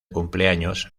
cumpleaños